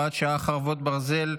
חרבות ברזל),